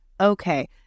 Okay